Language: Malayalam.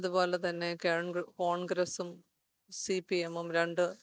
അതുപോലെ തന്നെ കേണ്ഗ്ര കോൺഗ്രസ്സും സി പി എമ്മും രണ്ട്